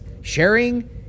Sharing